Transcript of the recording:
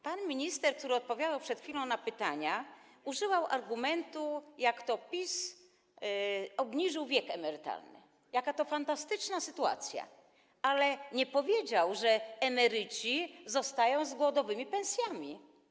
Pan minister, który odpowiadał przed chwilą na pytania, użył argumentu, że PiS obniżył wiek emerytalny, że jest to fantastyczna sytuacja, ale nie powiedział, że emeryci zostaną z głodowymi pensjami.